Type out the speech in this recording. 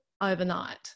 overnight